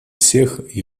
всех